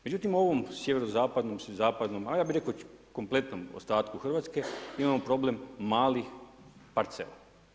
Međutim u ovom sjeverozapadnom i zapadnom, a ja bih rekao kompletnom ostatku Hrvatske mi imamo problem malih parcela.